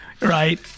right